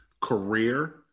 career